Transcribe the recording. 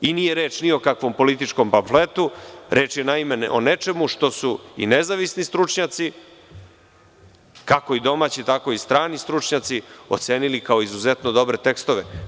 Nije reč ni o kakvom političkom pamfletu, reč je naime o nečemu što su i nezavisni stručnjaci, kako i domaći, tako i strani stručnjaci ocenili kao izuzetno dobre tekstove.